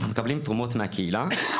אנחנו מקבלים תרומות מהקהילה,